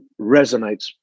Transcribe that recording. resonates